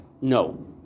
No